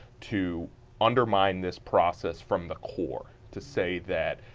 to undermine this process from the core. to say that,